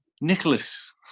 Nicholas